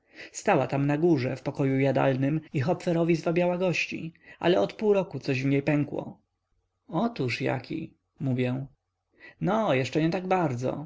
stała tam na górze w pokoju jadalnym i hopferowi zwabiała gości ale od pół roku coś w niej pękło otóż jaki mówię no jeszcze nie taki bardzo